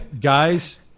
guys